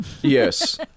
Yes